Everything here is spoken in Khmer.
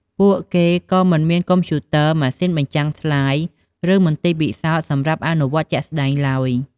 ពួកគេក៏មិនមានកុំព្យូទ័រ ម៉ាស៊ីនបញ្ចាំងស្លាយ ឬមន្ទីរពិសោធន៍សម្រាប់អនុវត្តជាក់ស្តែងឡើយ។